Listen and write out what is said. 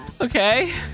Okay